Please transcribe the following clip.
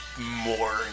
more